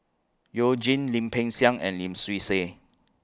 YOU Jin Lim Peng Siang and Lim Swee Say